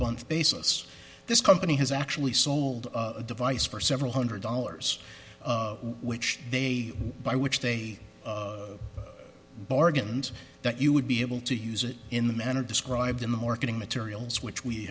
month basis this company has actually sold a device for several hundred dollars which they by which they bargained that you would be able to use it in the manner described in the marketing materials which we